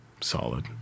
Solid